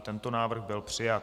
I tento návrh byl přijat.